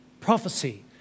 prophecy